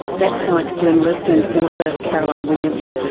that's science journalist and author caroline williams.